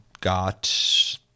got